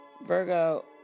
Virgo